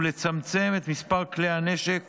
ולצמצם את מספר כלי הנשק